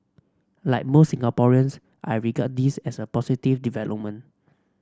like most Singaporeans I regard this as a positive development